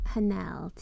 Hanel